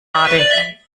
karte